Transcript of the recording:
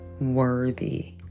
worthy